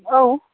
औ